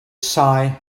sigh